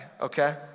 okay